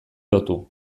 lotu